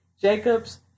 Jacobs